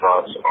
thoughts